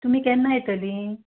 तुमी केन्ना येतली